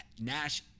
Nash